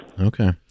Okay